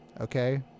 Okay